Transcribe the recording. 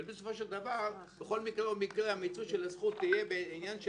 אבל אם בסופו של דבר בכל מקרה ומקרה מיצוי הזכות יהיה העניין של